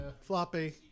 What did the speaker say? Floppy